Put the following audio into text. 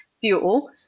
fuel